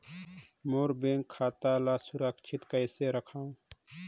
मोर bank खाता ला सुरक्षित कइसे रखव?